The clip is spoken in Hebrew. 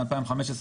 מ-2015,